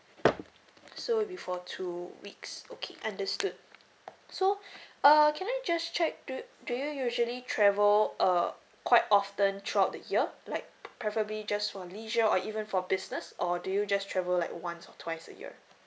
so before two weeks okay understood so err can I just check do do you usually travel uh quite often throughout the year like preferably just for leisure or even for business or do you just travel like once or twice a year